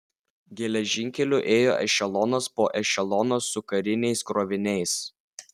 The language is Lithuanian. geležinkeliu ėjo ešelonas po ešelono su kariniais kroviniais